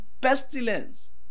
pestilence